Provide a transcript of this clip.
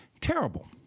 terrible